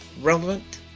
relevant